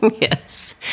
Yes